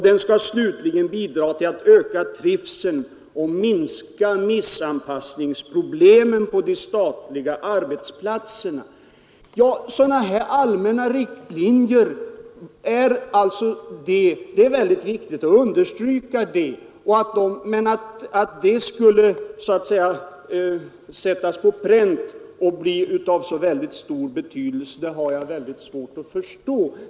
Den skall slutligen bidra till att öka trivseln och minska missanpassningsproblemen på de statliga arbetsplatserna. Det är viktigt att understryka dess skulle vara av så stor betydelse att de så att säga skulle sättas på pränt har jag svårt att förstå.